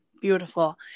beautiful